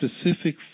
specific